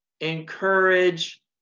Encourage